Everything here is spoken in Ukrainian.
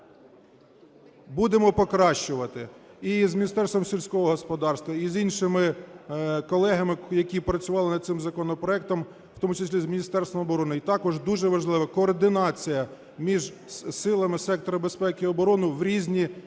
будемо покращувати і з Міністерством сільського господарства, і з іншими колегами, які працювали над цим законопроектом, в тому числі з Міністерством оборони. І також дуже важлива координація між силами сектору безпеки і оборони в різні часи: